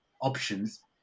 options